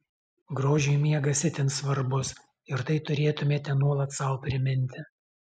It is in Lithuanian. grožiui miegas itin svarbus ir tai turėtumėte nuolat sau priminti